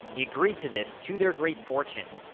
he agreed to this, to their great fortune.